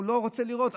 הוא לא רוצה לראות.